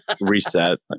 reset